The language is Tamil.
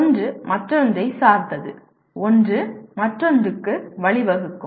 ஒன்று மற்றொன்றைச் சார்ந்தது ஒன்று மற்றொன்றுக்கு வழிவகுக்கும்